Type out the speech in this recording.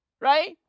Right